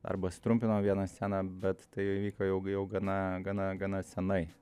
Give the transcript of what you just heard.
arba sutrumpinom vieną sceną bet tai įvyko jau jau gana gana gana senai